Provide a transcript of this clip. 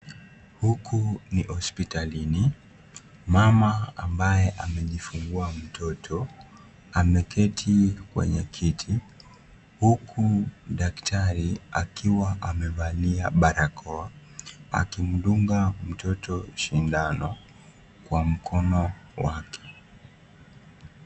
Huku ni hospitalini, mama ambaye amejifungua mtoto ameketi kwenye kiti huku daktari akiwa amevalia barakoa akimdunga mtoto shindano kwa mkono wake.